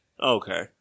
Okay